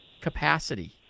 capacity